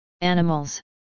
animals